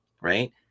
right